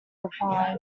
reply